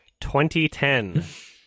2010